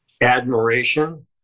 admiration